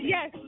Yes